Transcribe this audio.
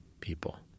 people